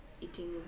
eating